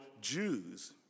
Jews